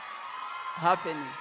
happening